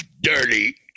dirty